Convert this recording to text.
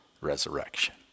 resurrection